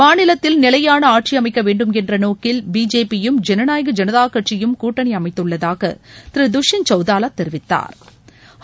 மாநிலத்தில் நிலையான ஆட்சி அமைக்க வேண்டுமென்ற நோக்கில் பிஜேபியும் ஜனநாயக் ஜனதா கட்சியும் கூட்டணி அமைத்துள்ளதாக திரு துஷ்யந்த் சவுதாவா தெரிவித்தாா்